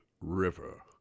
River